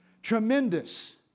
tremendous